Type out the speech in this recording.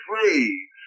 free